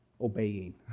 obeying